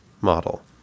model